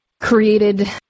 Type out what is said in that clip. created